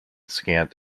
scant